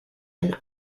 and